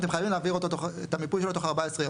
אתם חייבים להעביר את המיפוי שלו תוך 14 יום.